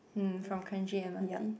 hmm from Kranji M_R_T